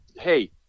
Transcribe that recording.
Hey